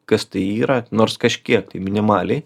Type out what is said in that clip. kas tai yra nors kažkiek tai minimaliai